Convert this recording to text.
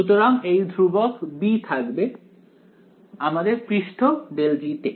সুতরাং এই ধ্রুবক b থাকবে আমাদের পৃষ্ঠ ∇G তে